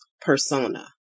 persona